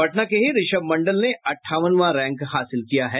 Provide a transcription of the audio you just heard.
पटना के ही ऋषभ मंडल ने अंठावनवां रैंक हासिल किया है